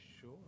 Sure